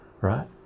right